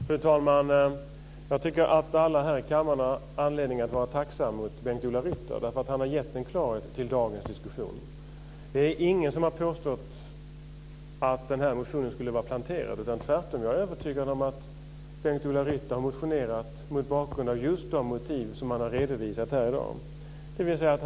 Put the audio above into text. Fru talman! Jag tycker att alla här i kammaren har anledning att vara tacksam mot Bengt-Ola Ryttar. Han har gett en klarhet till dagens diskussion. Det är ingen som har påstått att motionen skulle ha varit planterad. Tvärtom är jag övertygad om att Bengt-Ola Ryttar har motionerat mot bakgrund av just de motiv som han har redovisat här i dag.